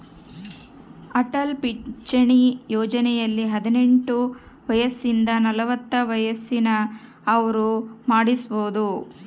ಅಟಲ್ ಪಿಂಚಣಿ ಯೋಜನೆಯಲ್ಲಿ ಹದಿನೆಂಟು ವಯಸಿಂದ ನಲವತ್ತ ವಯಸ್ಸಿನ ಅವ್ರು ಮಾಡ್ಸಬೊದು